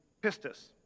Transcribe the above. pistis